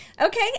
Okay